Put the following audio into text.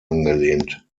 angelehnt